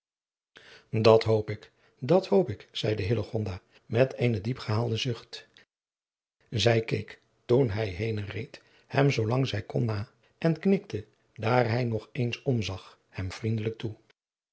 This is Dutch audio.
dat hoop ik dat hoop ik zeide hillegonda met eenen diepgehaalden zucht zij keek toen hij henen reed hem zoo lang zij kon na en knikte daar hij nog eens omzag hem vriendelijk toe